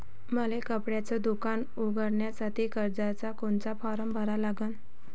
मले कपड्याच दुकान उघडासाठी कर्जाचा कोनचा फारम भरा लागन?